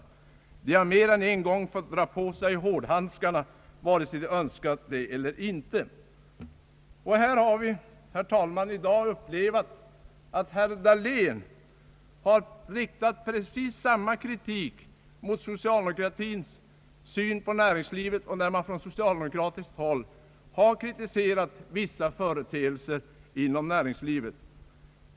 De har mer än en gång fått dra på hårdhandskarna, vare sig de önskat det eller inte.» Här har vi, herr talman, i dag upplevt att herr Dahlén har riktat precis samma kritik mot socialdemokratins syn på näringslivet, när man från socialdemokratiskt håll har kritiserat vissa företeelser inom näringslivet.